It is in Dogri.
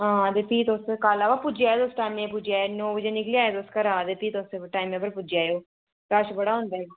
हां फ्ही तुस कल पुज्जी जाएओ तुस टैम दे पुज्जी जाएओ नीं नौ बजे निकली आएओ तुस घरा ते फ्ही तुस टेमें र पुज्जी जाएओ रश बड़ा होंदा ऐ